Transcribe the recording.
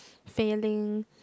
failing